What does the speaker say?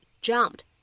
jumped